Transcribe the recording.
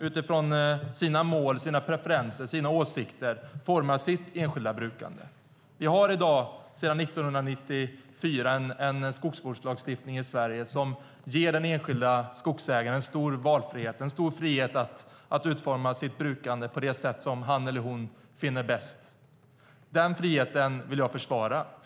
Utifrån sina mål, preferenser och åsikter formar de sitt enskilda brukande. Vi har sedan 1994 en skogsvårdslagstiftning som ger den enskilda skogsägaren stor frihet att utforma sitt brukande på det sätt som han eller hon finner bäst. Den friheten vill jag försvara.